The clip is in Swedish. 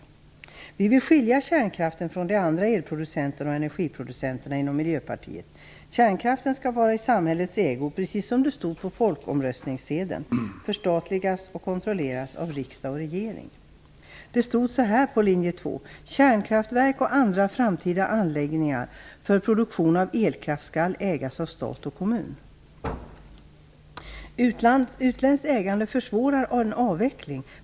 Vi i Miljöpartiet vill skilja kärnkraften från de andra el och energiproducenterna. Kärnkraften skall vara i samhällets ägo, precis som det stod på folkomröstningssedeln. Den bör förstatligas och kontrolleras av riksdag och regering. Det stod så här på linje 2:s valsedel: Kärnkraftverk och andra framtida anläggningar för produktion av elkraft skall ägas av stat och kommun. Utländskt ägande försvårar en avveckling.